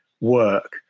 work